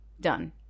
done